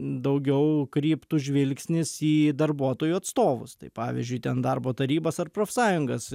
daugiau kryptų žvilgsnis į darbuotojų atstovus tai pavyzdžiui ten darbo tarybas ar profsąjungas